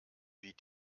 wie